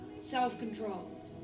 self-control